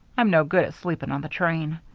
i'm no good at sleeping on the train.